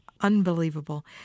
Unbelievable